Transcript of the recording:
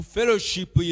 Fellowship